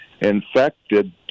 infected